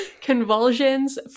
convulsions